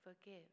forgive